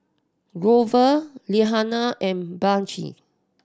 Grover Liana and Blanche